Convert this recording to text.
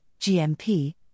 GMP